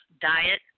diet